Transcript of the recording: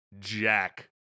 Jack